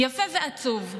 יפה ועצוב,